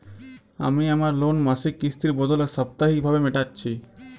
আমি আমার লোন মাসিক কিস্তির বদলে সাপ্তাহিক ভাবে মেটাচ্ছি